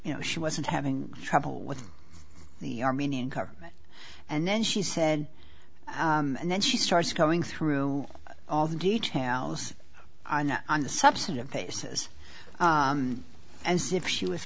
you know she wasn't having trouble with the armenian government and then she said and then she starts going through all the details on the substantive basis and see if she was